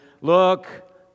look